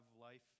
life